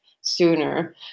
sooner